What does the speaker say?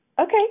Okay